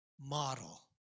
model